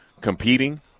competing